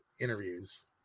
interviews